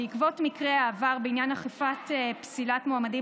בעקבות מקרי עבר בעניין אכיפת פסילת מועמדים